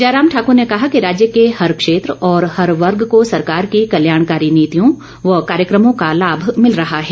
जयराम ठाकुर ने कहा कि राज्य के हर क्षेत्र और हर वर्ग को सरकार की कल्याणकारी नीतियों व कार्यक्रमों का लाभ मिल रहा है